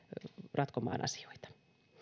ratkomaan asioita